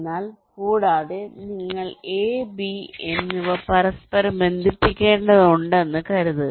എന്നാൽ കൂടാതെ നിങ്ങൾ A B എന്നിവ പരസ്പരം ബന്ധിപ്പിക്കേണ്ടതുണ്ടെന്ന് കരുതുക